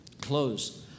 close